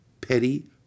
petty